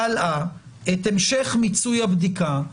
את המשך מיצוי הבדיקה,